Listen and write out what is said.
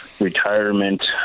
Retirement